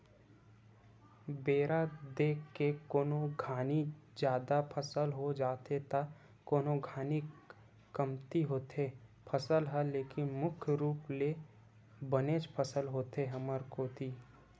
बेरा देख के कोनो घानी जादा फसल हो जाथे त कोनो घानी कमती होथे फसल ह लेकिन मुख्य रुप ले बनेच फसल होथे हमर कोती